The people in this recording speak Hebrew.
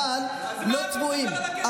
אבל לא צבועים.